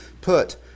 put